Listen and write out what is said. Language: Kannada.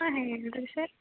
ಹಾಂ ಹೇಳಿರಿ ಸರ್